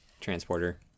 transporter